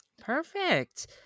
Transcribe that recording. perfect